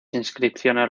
inscripciones